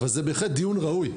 בעיניי זה דיון ראוי,